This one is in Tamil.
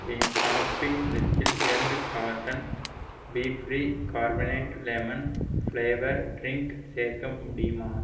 என் ஷாப்பிங் லிஸ்ட்டில் இரண்டு carton be free carbonated lemon flavoured drink சேர்க்க முடியுமா